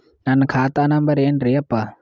ನನ್ನ ಖಾತಾ ನಂಬರ್ ಏನ್ರೀ ಯಪ್ಪಾ?